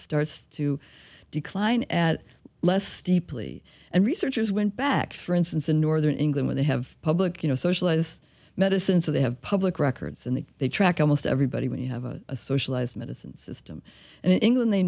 starts to decline at less steeply and researchers went back for instance in northern england where they have public you know socialist medicine so they have public records and then they track almost everybody when you have a socialized medicine system and in england they